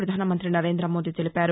ప్రపధానమం్తి నరేం్రదమోదీ తెలిపారు